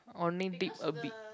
only dip a bit